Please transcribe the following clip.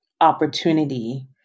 opportunity